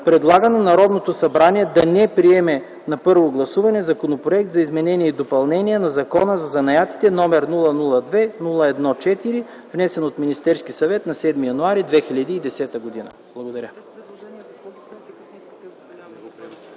предлага на Народното събрание да не приеме на първо гласуване Законопроект за изменение и допълнение на Закона за занаятите, № 002-01-4, внесен от Министерския съвет на 7 януари 2010 г.”